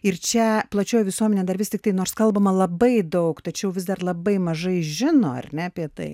ir čia plačioji visuomenė dar vis tiktai nors kalbama labai daug tačiau vis dar labai mažai žino ar ne apie tai